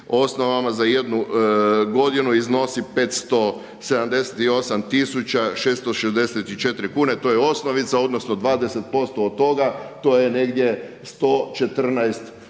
osnovama za jednu godinu iznosi 578664 kune. To je osnovica, odnosno 20% od toga. To je negdje 114